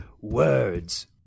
words